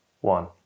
one